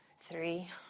Three